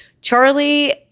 Charlie